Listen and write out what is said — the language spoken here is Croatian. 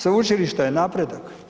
Sveučilište je napredak.